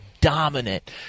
dominant